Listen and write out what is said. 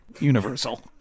Universal